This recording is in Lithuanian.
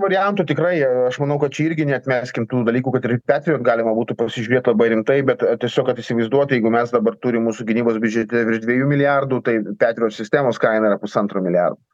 variantų tikrai aš manau kad čia irgi neatmeskim tų dalykų kad ir petriot galima būtų pasižiūrėt labai rimtai bet tiesiog kad įsivaizduot jeigu mes dabar turim mūsų gynybos biudžete virš dviejų milijardų tai petriot sistemos kaina yra pusantro milijardo